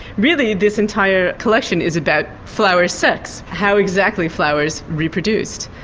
really this entire collection is about flower sex how exactly flowers reproduced.